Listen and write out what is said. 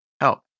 Help